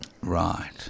Right